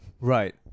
Right